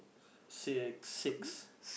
six six